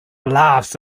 laughs